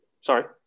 Sorry